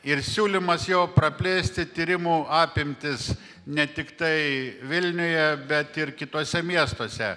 ir siūlymas jo praplėsti tyrimų apimtis ne tiktai vilniuje bet ir kituose miestuose